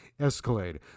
Escalade